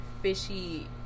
fishy